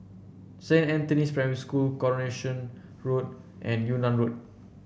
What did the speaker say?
Saint Anthony's Primary School Coronation Road and Yunnan Road